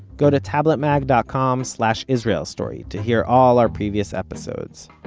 go to tabletmag dot com slash israel story to hear all our previous episodes.